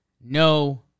no